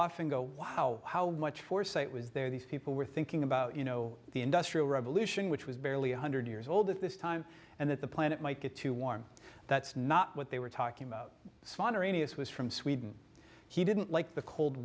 often go wow how much foresight was there these people were thinking about you know the industrial revolution which was barely one hundred years old at this time and that the planet might get too warm that's not what they were talking about this was from sweden he didn't like the cold